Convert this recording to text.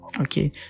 okay